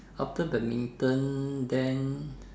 after badminton then